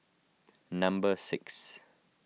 number six